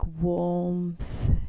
warmth